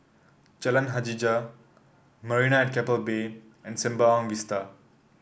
Jalan Hajijah Marina at Keppel Bay and Sembawang Vista